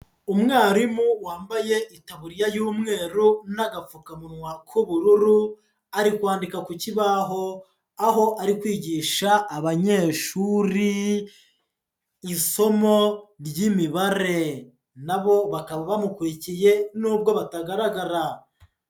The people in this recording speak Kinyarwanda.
Umwarimu wambaye itaburiya y'umweru n'agapfukamunwa k'ubururu ari kwandika ku kibaho aho ari kwigisha abanyeshuri isomo ry'imibare, na bo bakaba bamukurikiye nubwo batagaragara.